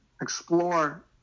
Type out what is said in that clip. explore